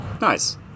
nice